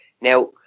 Now